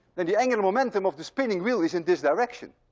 then the angular momentum of the spinning wheel is in this direction.